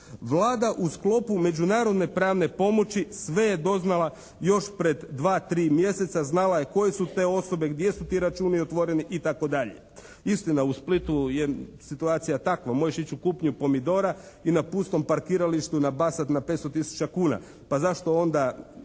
Vlada u sklopu međunarodne pravne pomoći sve je doznala još pred 2, 3 mjeseca. Znala je koje su to osobe, gdje su ti računi otvoreni itd. Istina, u Splitu je situacija takva. Možeš ići u kupnju pomidora i na pustom parkiralištu nabasati na 500 tisuća kuna. Pa zašto onda